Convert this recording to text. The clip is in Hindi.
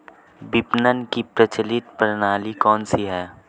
विपणन की प्रचलित प्रणाली कौनसी है?